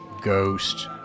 ghost